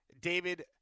David